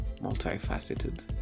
multifaceted